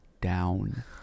down